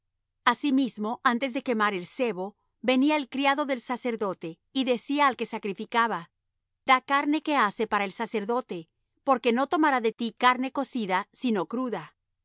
silo asimismo antes de quemar el sebo venía el criado del sacerdote y decía al que sacrificaba da carne que ase para el sacerdote porque no tomará de ti carne cocida sino cruda